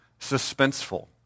suspenseful